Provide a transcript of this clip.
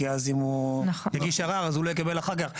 כי אז אם הוא מגיש ערר אז הוא לא יקבל אחר כך.